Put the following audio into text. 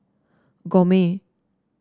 gourmet